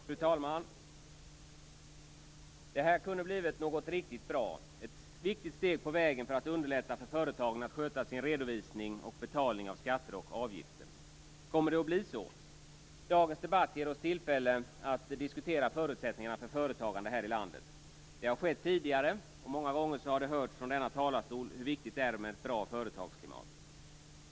Fru talman! Det här kunde ha blivit något riktigt bra och ett viktigt steg på vägen för att underlätta för företagen att sköta sin redovisning och betalning av skatter och avgifter. Kommer det att bli så? Dagens debatt ger oss tillfälle att diskutera förutsättningarna för företagande här i landet. Det har skett tidigare, och många gånger har det hörts från denna talarstol hur viktigt det är med ett bra företagsklimat.